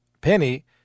Penny